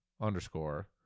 underscore